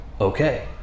okay